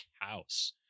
house